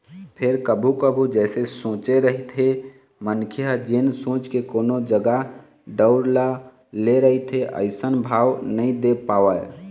फेर कभू कभू जइसे सोचे रहिथे मनखे ह जेन सोच के कोनो जगा ठउर ल ले रहिथे अइसन भाव नइ दे पावय